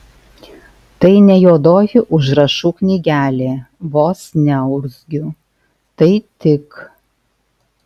tai ne juodoji užrašų knygelė vos neurzgiu tai tik